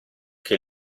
che